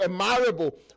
admirable